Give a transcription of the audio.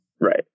right